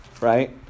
right